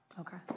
Okay